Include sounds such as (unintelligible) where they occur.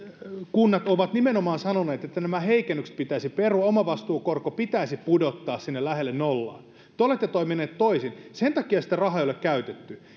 kunnat ovat nimenomaan sanoneet että nämä heikennykset pitäisi perua omavastuukorko pitäisi pudottaa sinne lähelle nollaa te olette toimineet toisin sen takia sitä rahaa ei ole käytetty (unintelligible)